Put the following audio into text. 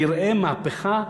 נראה מהפכה,